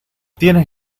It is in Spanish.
tienes